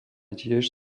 tiež